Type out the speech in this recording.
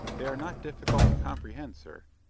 they are not difficult to comprehend, sir.